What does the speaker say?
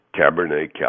Cabernet